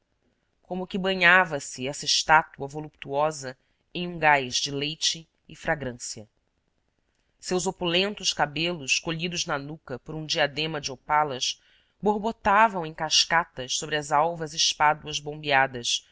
como que banhava se essa estátua voluptuosa em um gás de leite e fragrância seus opulentos cabelos colhidos na nuca por um diadema de opalas borbotavam em cascatas sobre as alvas espáduas bombeadas